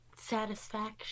satisfaction